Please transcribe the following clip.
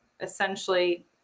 essentially